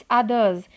others